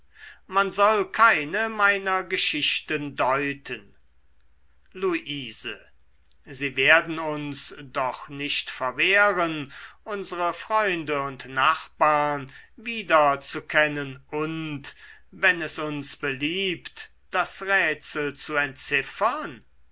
man soll keine meiner geschichten deuten luise sie werden uns doch nicht verwehren unsre freunde und nachbarn wiederzukennen und wenn es uns beliebt das rätsel zu entziffern